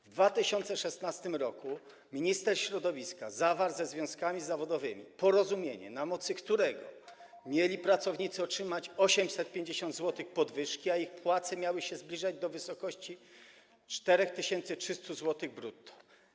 W 2016 r. minister środowiska zawarł ze związkami zawodowymi porozumienie, na mocy którego pracownicy mieli otrzymać 850 zł podwyżki, a ich płace miały się zbliżyć do wysokości 4300 zł brutto.